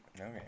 okay